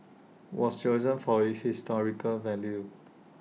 was chosen for its historical value